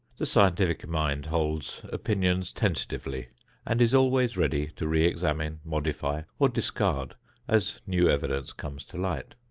the scientific mind holds opinions tentatively and is always ready to reexamine, modify or discard as new evidence comes to light.